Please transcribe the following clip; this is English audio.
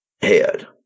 head